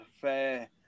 fair